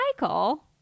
Michael